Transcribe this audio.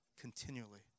continually